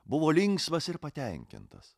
buvo linksmas ir patenkintas